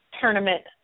Tournament